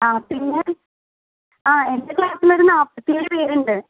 ആ പിന്നെ ആ എൻ്റെ ക്ലാസ്സിലൊരു നാൽപ്പത്തേഴ് പേരുണ്ട്